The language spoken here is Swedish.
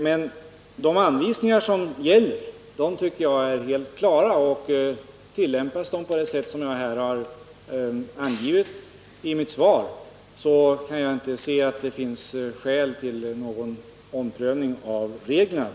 Men de anvisningar som gäller tycker jag är helt klara. Tillämpas de på det sätt jag angivit i mitt svar kan jag inte se att det finns skäl till någon omprövning av reglerna.